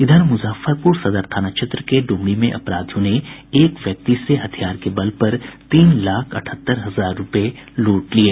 इधर मुजफ्फरपुर सदर थाना क्षेत्र के ड्मरी में अपराधियों ने एक व्यक्ति से हथियार के बल पर तीन लाख अठहत्तर हजार रूपये लूट लिये